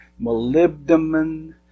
Molybdenum